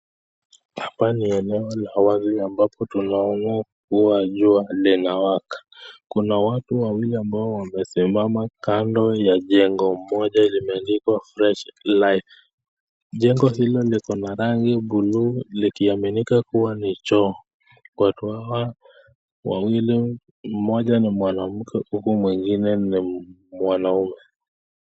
Hapa ni eneo la wazi ambapo tunaona kuwa jua linawaka. Kuna watu wawili ambao wamesimama kando ya jengo moja limeandikwa Fresh Life. Jengo hilo liko na rangi blue likiaminika kuwa ni choo. Watu hawa wawili, mmoja ni mwanamke, huku mwingine ni mwanaume.